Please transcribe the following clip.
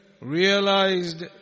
realized